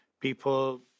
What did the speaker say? people